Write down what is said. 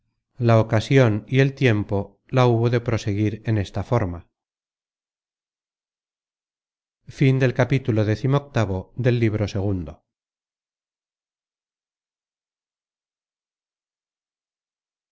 la ocasion y el tiempo la hubo de proseguir en esta forma